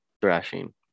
thrashing